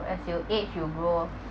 as you age you will grow